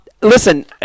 Listen